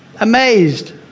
Amazed